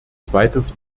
zweites